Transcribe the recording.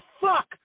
fuck